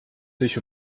sich